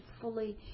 fully